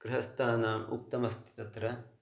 गृहस्तानाम् उक्तमस्ति तत्र